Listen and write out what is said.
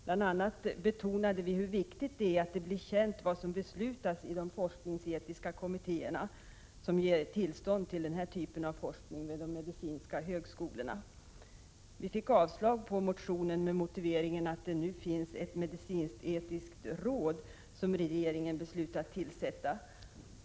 Bl.a. betonade vi hur viktigt det är att det blir känt vad som beslutas i de forskningsetiska kommittéerna som ger tillstånd till den här typen av forskning vid de medicinska högskolorna. Vi fick avslag på motionen med motiveringen att det nu finns ett medicinsk-etiskt råd som regeringen beslutat tillsätta.